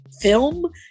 film